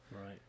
Right